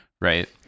right